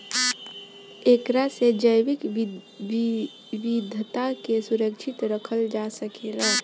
एकरा से जैविक विविधता के सुरक्षित रखल जा सकेला